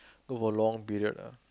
go for long period ah